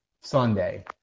Sunday